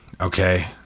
Okay